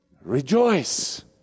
rejoice